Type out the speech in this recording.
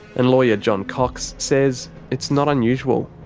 and lawyer john cox says it's not unusual.